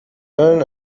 learn